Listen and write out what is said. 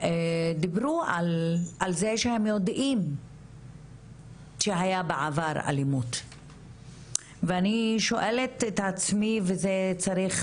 דיברו על זה שהם יודעים שהיה בעבר אלימות ואני שואלת את עצמי וזה צריך